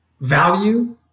value